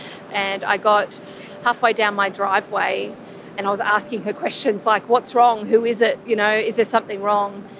and i got halfway down my driveway and i was asking her questions like, what's wrong? who is it? you know, is there something wrong?